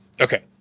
Okay